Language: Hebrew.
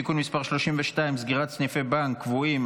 (תיקון מס' 32) (סגירת סניפי בנק קבועים),